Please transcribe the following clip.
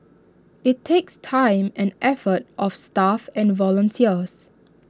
IT takes time and effort of staff and volunteers